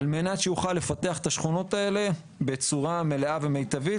על מנת שיוכל לפתח את השכונות האלה בצורה מלאה ומיטבית,